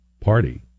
Party